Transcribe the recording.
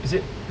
is it